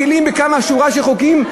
מקלים בשורה של חוקים,